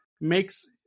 makes